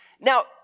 Now